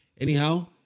Anyhow